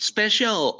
Special